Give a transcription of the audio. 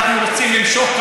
אנחנו רוצים למשוך,